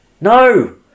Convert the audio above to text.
no